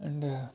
and